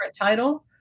title